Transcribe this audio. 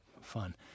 fun